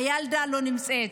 הילדה לא נמצאת.